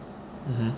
mmhmm